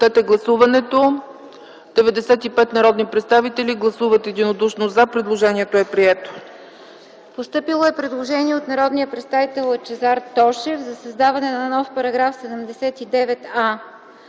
Постъпило е предложение от народния представител Лъчезар Тошев за създаване на нов § 79а.